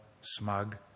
smug